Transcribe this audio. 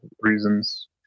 reasons